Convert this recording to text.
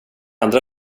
andra